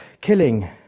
killing